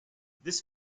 this